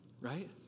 right